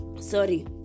sorry